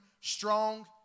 strong